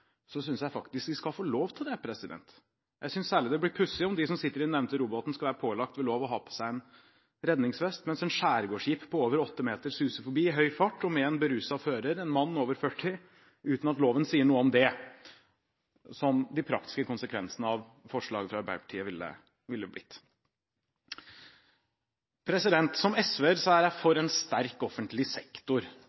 jeg faktisk de skal få lov til det. Jeg synes særlig det blir pussig om de som sitter i den nevnte robåten, skal være pålagt ved lov å ha på seg en redningsvest, mens en skjærgårdsjeep på over 8 meter suser forbi i høy fart og med en beruset fører – en mann over 40 – uten at loven sier noe om det, som de praktiske konsekvensene av forslaget fra Arbeiderpartiet ville blitt. Som SV-er er jeg